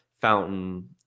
Fountain